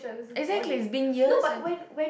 exactly it's been years